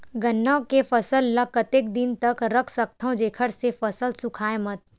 गन्ना के फसल ल कतेक दिन तक रख सकथव जेखर से फसल सूखाय मत?